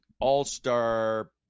All-Star